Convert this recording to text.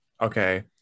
Okay